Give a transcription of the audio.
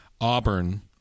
auburn